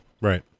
Right